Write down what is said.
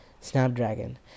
Snapdragon